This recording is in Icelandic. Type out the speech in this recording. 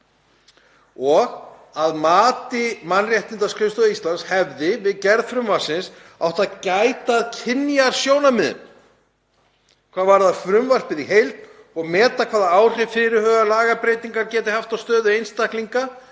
Að mati Mannréttindaskrifstofu Íslands hefði við gerð frumvarpsins átt að gæta að kynjasjónarmiðum hvað varðar frumvarpið í heild og meta hvaða áhrif fyrirhugaðar lagabreytingar geti haft á stöðu einstaklinga